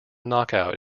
knockout